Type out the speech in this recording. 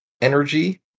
energy